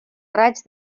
raig